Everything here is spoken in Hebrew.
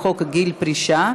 (צהרונים),